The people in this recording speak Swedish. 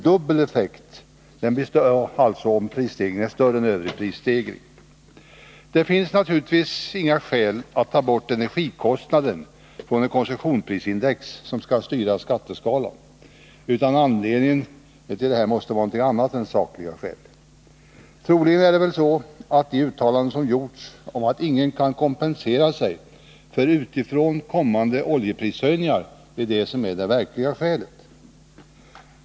dubbel effekt, om den blir större än övrig prisstegring. Det finns naturligtvis inga sakliga skäl att ta bort energikostnader från ett konsumtionsprisindex som skall styra skatteskalan, utan anledningen måste vara en annan. Troligen är det väl så, att de uttalanden som gjorts om att ingen kan kompensera sig för utifrån kommande oljeprishöjningar är det verkliga skälet.